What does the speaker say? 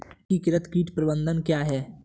एकीकृत कीट प्रबंधन क्या है?